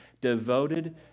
devoted